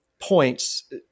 points